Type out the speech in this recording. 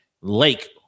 Lake